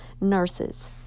nurses